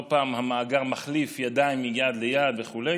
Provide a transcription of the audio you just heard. לא פעם המאגר מחליף ידיים מיד ליד וכו'.